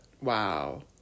wow